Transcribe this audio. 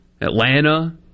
Atlanta